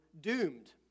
doomed